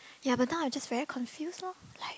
ya but now I'm just very confuse loh like